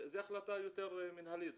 זו החלטה יותר מנהלית.